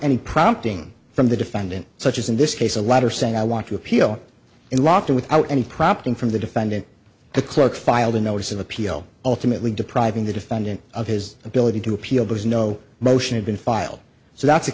any prompting from the defendant such as in this case a letter saying i want to appeal in law to without any prompting from the defendant the clerk filed a notice of appeal ultimately depriving the defendant of his ability to appeal because no motion had been file